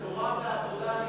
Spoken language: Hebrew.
תורה ועבודה,